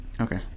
Okay